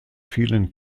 vielen